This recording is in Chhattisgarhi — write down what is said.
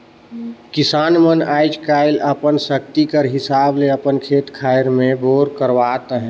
किसान मन आएज काएल अपन सकती कर हिसाब ले अपन खेत खाएर मन मे बोर करवात अहे